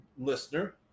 listener